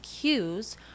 cues